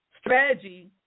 Strategy